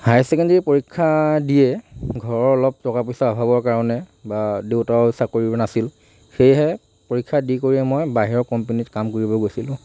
higher secondary পৰীক্ষা দিয়ে ঘৰৰ অলপ টকা পইচাৰ অভাৱৰ কাৰণে বা দেউতাৰো চাকৰিও নাছিল সেয়েহে পৰীক্ষা দি কৰি মই বাহিৰৰ কম্পেনিত কাম কৰিব গৈছিলোঁ